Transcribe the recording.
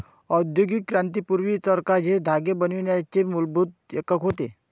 औद्योगिक क्रांती पूर्वी, चरखा हे धागे बनवण्याचे मूलभूत एकक होते